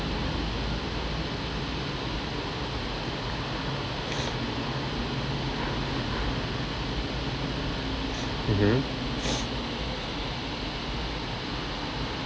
mmhmm